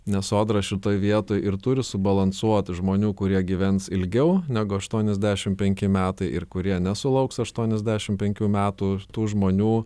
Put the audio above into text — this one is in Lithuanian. nes sodra šitoj vietoj ir turi subalansuoti žmonių kurie gyvens ilgiau negu aštuoniasdešim penki metai ir kurie nesulauks aštuoniasdešim penkių metų tų žmonių